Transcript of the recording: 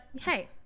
hey